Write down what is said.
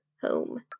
home